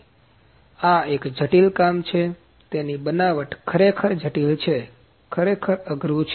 તેથી આ એક જટિલ કામ છે તેથી તેની બનાવટ ખરેખર જટિલ છે ખરેખર અઘરું છે